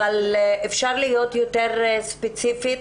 אבל אפשר להיות יותר ספציפית?